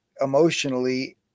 emotionally